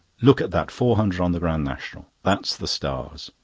look at that four hundred on the grand national. that's the stars.